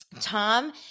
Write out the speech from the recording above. Tom